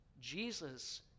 Jesus